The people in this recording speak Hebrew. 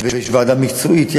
יש ועדה מקצועית,